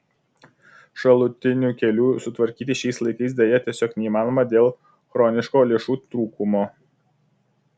šalutinių kelių sutvarkyti šiais laikais deja tiesiog neįmanoma dėl chroniško lėšų trūkumo